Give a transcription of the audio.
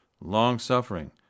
long-suffering